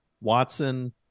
Watson